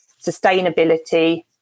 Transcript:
sustainability